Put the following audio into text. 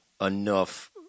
enough –